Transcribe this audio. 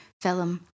film